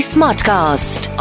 Smartcast